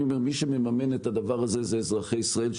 מי שמממן את הדבר הזה זה אזרחי ישראל,